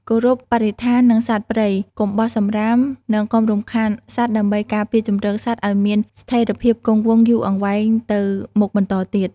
គោរពបរិស្ថាន និងសត្វព្រៃ កុំបោះសំរាម និងកុំរំខានសត្វដើម្បីការពារជម្រកសត្វឲ្យមានស្ថេរភាពគង់វង្សយូរអង្វែងទៅមុខបន្តទៀត។